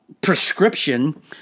prescription